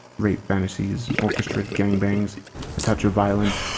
rape fantasies, orchestrated gangbangs, a touch of violence,